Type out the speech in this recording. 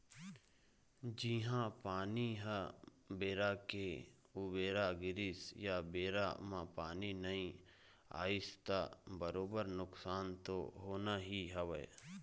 जिहाँ पानी ह बेरा के उबेरा गिरिस या बेरा म पानी नइ आइस त बरोबर नुकसान तो होना ही हवय